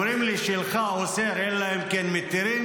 אומרים לי: שלך אוסר אלא אם כן מתירים,